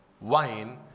wine